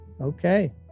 Okay